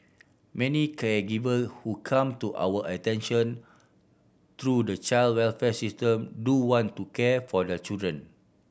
many caregiver who come to our attention through the child welfare system do want to care for their children